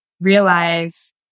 realize